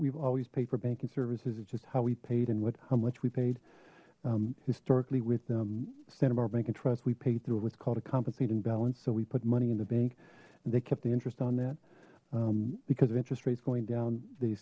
we've always pay for banking services it's just how he paid and what how much we paid historically with the santa barbara bank and trust we paid through what's called a compensating balance so we put money in the bank and they kept the interest on that because of interest rates going down the